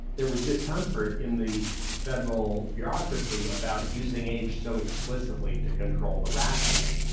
there was discomfort in the federal bureaucracy about using age so explicitly to control the rationing.